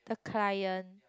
the client